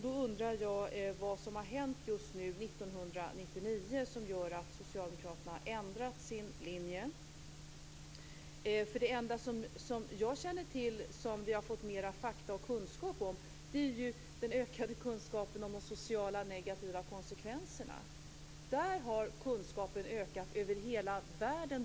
Då undrar jag vad som har hänt just nu, 1999, som gör att socialdemokraterna har ändrat sin linje. För det enda som jag känner till som vi har fått mera fakta och kunskap om är ju den ökade kunskapen om de sociala negativa konsekvenserna. Där har kunskapen ökat över hela världen.